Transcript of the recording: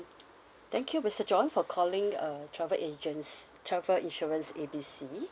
thank you mister john for calling uh travel agenc~ travel insurance A B C